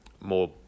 more